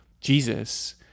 Jesus